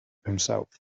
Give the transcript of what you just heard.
himself